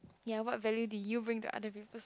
ya what value do you bring to other people's